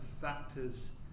factors